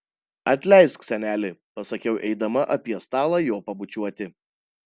atleisk seneli pasakiau eidama apie stalą jo pabučiuoti